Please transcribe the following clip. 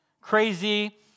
Crazy